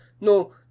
No